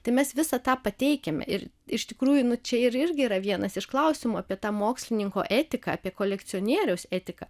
tai mes visą tą pateikiame ir iš tikrųjų nu čia ir irgi yra vienas iš klausimų apie tą mokslininko etiką apie kolekcionieriaus etiką